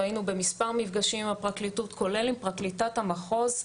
היינו במספר מפגשים עם הפרקליטות כולל עם פרקליטת המחוז.